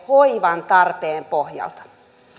hoivan tarpeen pohjalta